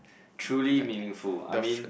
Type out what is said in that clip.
truly meaningful I mean